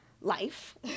life